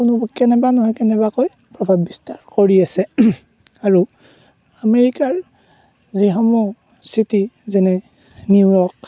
কেনেবা নহয় কেনেবাকৈ প্ৰভাৱ বিস্তাৰ কৰি আছে আৰু আমেৰিকাৰ যিসমূহ চিটি যেনে নিউয়ৰ্ক